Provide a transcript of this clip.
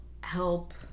help